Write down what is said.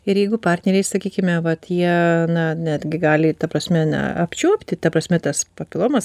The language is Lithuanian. ir jeigu partneriai sakykime va tie na netgi gali ta prasme na apčiuopti ta prasme tas papilomas